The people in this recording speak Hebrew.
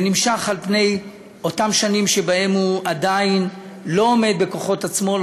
זה נמשך על פני אותן שנים שבהן הוא עדיין לא עומד בכוחות עצמו,